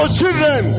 children